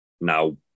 now